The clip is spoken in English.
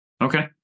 Okay